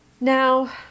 now